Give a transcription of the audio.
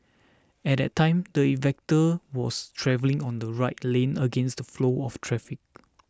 at that time the inventor was travelling on the right lane against the flow of traffic